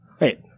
Wait